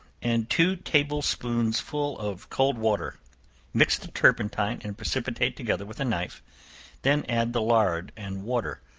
and two table-spoonsful of cold water mix the turpentine and precipitate together with a knife then add the lard and water,